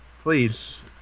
please